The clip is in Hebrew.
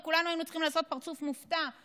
וכולנו היינו צריכים לעשות פרצוף מופתע,